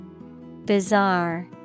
bizarre